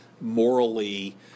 morally